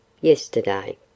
yesterday